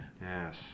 Yes